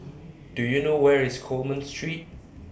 Do YOU know Where IS Coleman Street